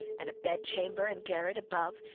and a bed-chamber and garret above,